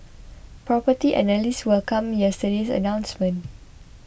Property Analysts welcomed yesterday's announcement